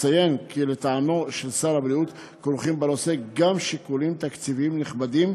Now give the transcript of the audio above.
אציין כי לטעמו של שר בריאות כרוכים בנושא גם שיקולים תקציביים נכבדים,